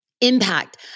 Impact